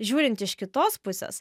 žiūrint iš kitos pusės